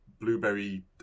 blueberry